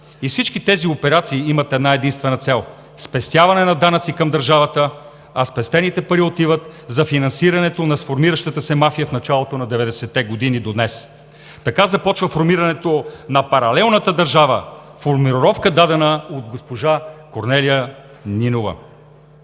Всички тези операции имат една-единствена цел – спестяване на данъци към държавата, а спестените пари отиват за финансирането на сформиращата се мафия в началото на 90-те години до днес. Така започва формирането на паралелната държава – формулировка, дадена от госпожа Корнелия Нинова.